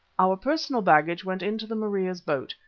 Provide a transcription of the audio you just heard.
our personal baggage went into the maria's boat,